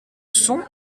sont